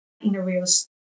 interviews